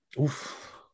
Oof